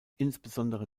insbesondere